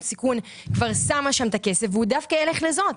סיכון כבר שמה שם את הכסף והוא דווקא ילך לזאת,